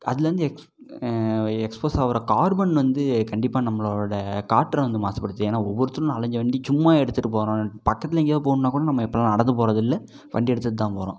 அதுலேருந்து எக்ஸ்போஸ் ஆகிற கார்பன் வந்து கண்டிப்பாக நம்மளோட காற்றை வந்து மாசுபடுத்துது ஏன்னா ஒவ்வொருத்தரும் நாலஞ்சு வண்டி சும்மா எடுத்துகிட்டுப் போகிறோம் பக்கத்தில் எங்கியோ போகணுன்னா கூட நம்ம இப்போல்லாம் நடந்து போகிறது இல்லை வண்டி எடுத்துகிட்டுதான் போகிறோம்